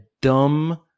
dumb